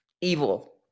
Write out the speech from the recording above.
evil